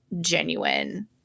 genuine